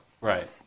Right